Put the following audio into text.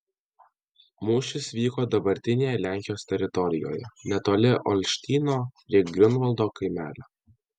mūšis vyko dabartinėje lenkijos teritorijoje netoli olštyno prie griunvaldo kaimelio